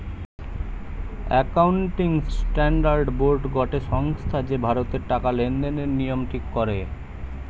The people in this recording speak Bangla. একাউন্টিং স্ট্যান্ডার্ড বোর্ড গটে সংস্থা যে ভারতের টাকা লেনদেনের নিয়ম ঠিক করে